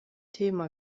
thema